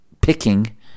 picking